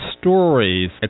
stories